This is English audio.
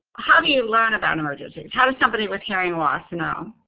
how do you learn about emergencies? how does somebody with hearing loss know?